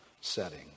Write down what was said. setting